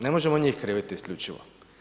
Ne možemo njih kriviti isključivo.